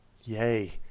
Yay